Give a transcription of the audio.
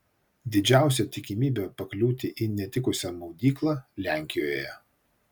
didžiausia tikimybė pakliūti į netikusią maudyklą lenkijoje